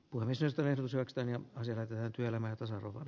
purovesistä saksta ne asiat ja työelämän tasa arvon